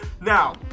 Now